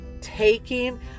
taking